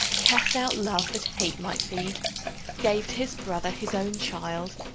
cast out love that hate might feed gave to his brother his own child,